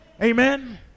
Amen